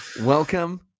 Welcome